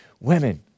Women